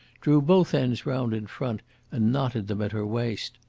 drew both ends round in front and knotted them at her waist.